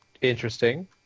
Interesting